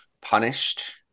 punished